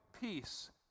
peace